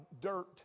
dirt